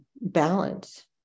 balance